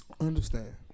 Understand